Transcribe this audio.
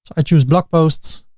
i choose blog posts